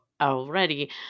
already